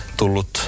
tullut